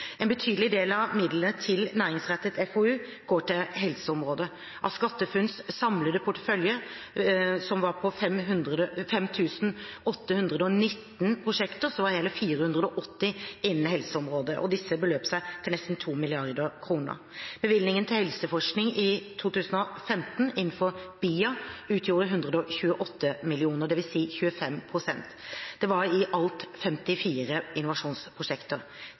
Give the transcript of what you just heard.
En betydelig del av midlene til næringsrettet FoU går til helseområdet. Av SkatteFUNNs samlede portefølje, som var på 5 819 prosjekter, var hele 480 innenfor helseområdet, og disse beløp seg til nesten 2 mrd. kr. Bevilgningene til helseforskning i 2015 innenfor BIA utgjorde 128 mill. kr, dvs. 25 pst. Det var i alt 54 innovasjonsprosjekter.